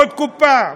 עוד קופה,